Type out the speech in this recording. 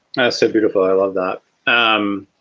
mm so beautiful. i love that. um